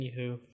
anywho